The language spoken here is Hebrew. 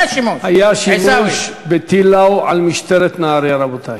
היה שימוש, עיסאווי.